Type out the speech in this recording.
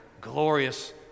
glorious